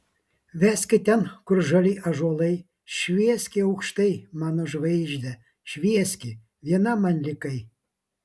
veski ten kur žali ąžuolai švieski aukštai mano žvaigžde švieski viena man likai